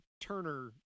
Turner